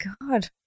god